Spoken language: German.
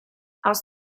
aus